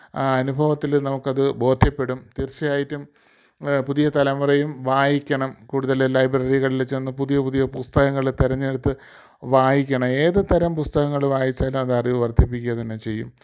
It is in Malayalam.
അനുഭവത്തിൽ നമുക്കത് ബോധ്യപ്പെടും തീർച്ചയായിട്ടും പുതിയ തലമുറയും വായിക്കണം കൂടുതൽ ലൈബ്രികളിൽ ചെന്ന് പുതിയ പുതിയ പുസ്തകങ്ങൾ തിരഞ്ഞെടുത്ത് വായിക്കണം ഏത് തരം പുസ്തകങ്ങൾ വായിച്ചാൽ അത് അറിവ് വർദ്ധിപ്പിക്കുക തന്നെ ചെയ്യും